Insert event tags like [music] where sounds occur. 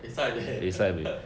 eh sai buay [laughs]